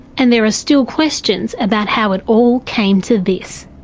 and there are still questions about how it all came to this.